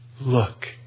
Look